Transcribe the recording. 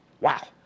Wow